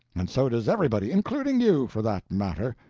and so does everybody including you for that matter.